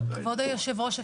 כבוד היושב-ראש,